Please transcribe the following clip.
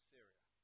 Syria